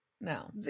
No